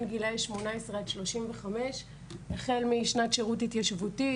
גילאי 18-35 החל משנת שירות התיישבותי,